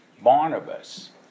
Barnabas